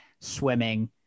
swimming